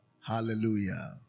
Hallelujah